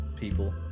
people